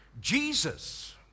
Jesus